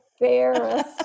embarrassed